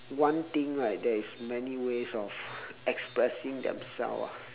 one thing right there is many ways of expressing themselves ah